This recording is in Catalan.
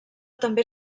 també